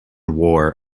war